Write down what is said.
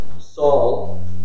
Saul